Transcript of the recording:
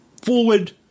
Forward